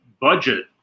budget